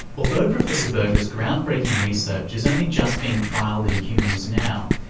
although professor berger's groundbreaking research is only just being trialled in humans now,